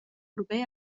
proper